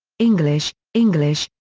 english english,